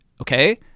okay